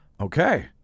Okay